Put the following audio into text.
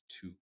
two